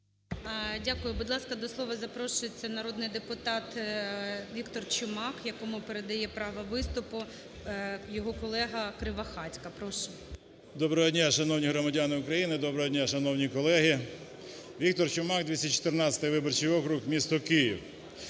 Дякую. Будь ласка, до слова запрошується народний депутат Віктор Чумак, якому передає право виступу його колега Кривохатько. Прошу. 10:29:12 ЧУМАК В.В. Доброго дня, шановні громадяни України! Добро дня, шановні колеги! Віктор Чумак, 214 виборчий округ, місто Київ.